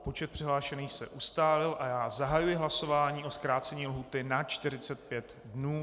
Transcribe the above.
Počet přihlášených se ustálil a já zahajuji hlasování o zkrácení lhůty na 45 dnů.